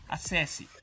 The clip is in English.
Acesse